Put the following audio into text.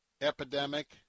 epidemic